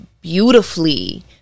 beautifully